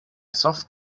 soft